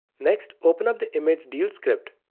next, open up the image deal script,